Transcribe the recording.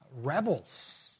rebels